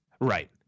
Right